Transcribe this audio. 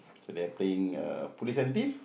so they are playing uh police and thief